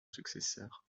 successeur